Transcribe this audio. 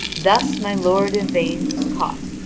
thus my lord yvain was caught,